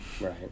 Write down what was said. Right